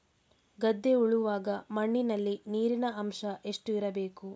ಗದ್ದೆ ಉಳುವಾಗ ಮಣ್ಣಿನಲ್ಲಿ ನೀರಿನ ಅಂಶ ಎಷ್ಟು ಇರಬೇಕು?